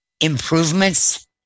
improvements